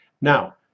now